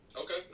Okay